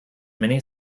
many